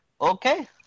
okay